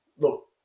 Look